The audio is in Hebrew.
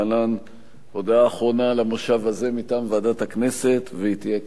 הודעה ליושב-ראש ועדת הכנסת חבר הכנסת יריב לוין.